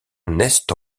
naissent